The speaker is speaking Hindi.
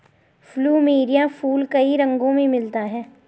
प्लुमेरिया फूल कई रंगो में मिलता है